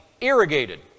Irrigated